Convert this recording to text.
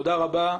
תודה רבה.